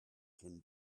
can